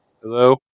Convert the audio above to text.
Hello